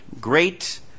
great